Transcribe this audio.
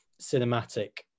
cinematic